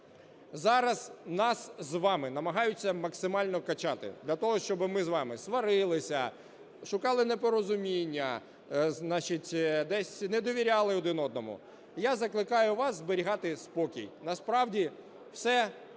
Зараз нас з вами намагаються максимально "качати" для того, щоб ми з вами сварилися, шукали непорозуміння, десь недовіряли один одному. Я закликаю вас зберігати спокій. Насправді, все досить